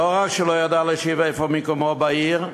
לא רק שלא ידע להשיב איפה מקומו בעיר,